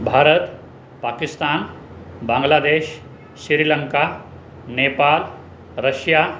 Bharat Pakistan Bangladesh Sri Lanka Nepal Russia